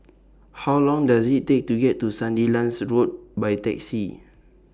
How Long Does IT Take to get to Sandilands Road By Taxi